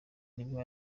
nibwo